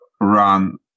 run